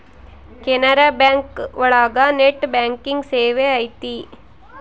Canara bank ಒಳಗ net banking ಸೇವೆ ಐತಿ